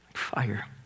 fire